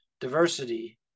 diversity